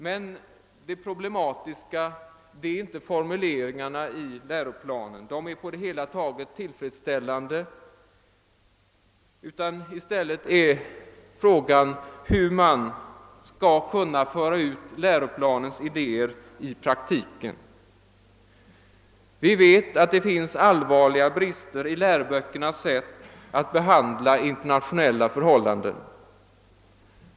Men det problematiska är inte formuleringarna i läroplanen — de är på det hela taget tillfredsställande — utan frågan är hur man skall kunna föra ut läroplanens idéer i praktiken. Vi vet att det finns allvarliga brister i läroböckernas sätt att behandla internationella förhållanden.